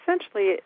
essentially